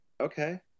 okay